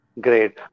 Great